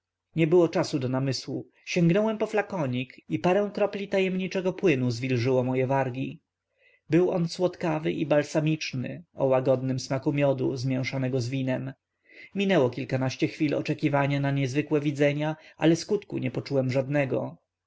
nie było czasu do namysłu sięgnąłem po flakonik i parę kropli tajemniczego płynu zwilżyło moje wargi był on słodkawy i balsamiczny o łagodnym smaku miodu zmieszanego z winem minęło kilkanaście chwil oczekiwania na niezwykłe widzenia ale skutku nie poczułem żadnego